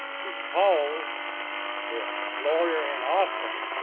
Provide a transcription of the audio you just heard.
he calls the lawyer in austin,